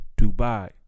Dubai